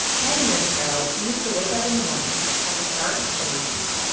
ten years ago, he used to wake up in the morning, at the start of chili season,